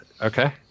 okay